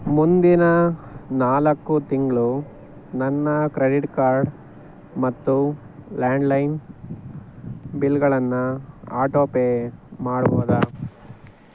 ಮುಂದಿನ ನಾಲ್ಕು ತಿಂಗಳು ನನ್ನ ಕ್ರೆಡಿಟ್ ಕಾರ್ಡ್ ಮತ್ತು ಲ್ಯಾಂಡ್ಲೈನ್ ಬಿಲ್ಗಳನ್ನು ಆಟೋ ಪೇ ಮಾಡ್ಬೋದಾ